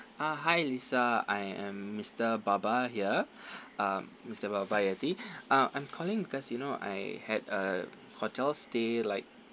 uh hi lisa I am mister baba here um mister baba yeti um I'm calling because you know I had a hotel stay like